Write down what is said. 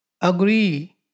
agree